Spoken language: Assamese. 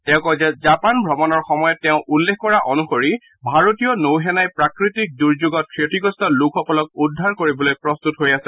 তেওঁ কয় যে জাপান ভ্ৰমণৰ সময়ত তেওঁ উল্লেখ কৰা অনুসৰি ভাৰতীয় নৌ সেনাই প্ৰাকৃতিক দূৰ্যোগত ক্ষতিগ্ৰস্ত লোকসকলক উদ্ধাৰ কৰিবলৈ প্ৰস্তুত হৈ আছে